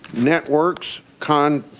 networks, contacts,